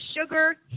sugar